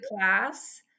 class